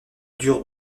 dure